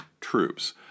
troops